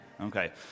Okay